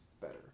better